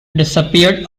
disappeared